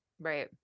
Right